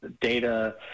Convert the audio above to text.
data